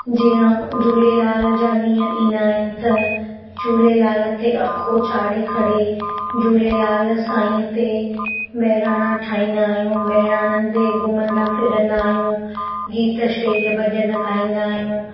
जीअं झूलेलाल जा ॾींहं ईंदा आहिनि त झूलेलाल ते अख़ो चाढ़े करे झूलेलाल साईं ते बहिराणा ठाहींदा आहियूं बेरारण ते घुमंदा फिरंदा आहियूं गीत शेज भॼन ॻाईंदा आहियूं